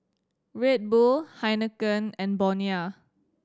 Red Bull Heinekein and Bonia